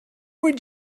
would